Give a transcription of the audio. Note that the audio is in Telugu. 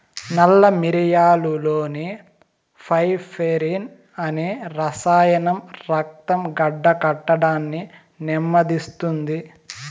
నల్ల మిరియాలులోని పైపెరిన్ అనే రసాయనం రక్తం గడ్డకట్టడాన్ని నెమ్మదిస్తుంది